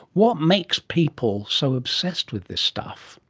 what makes people so obsessed with this stuff?